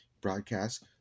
broadcast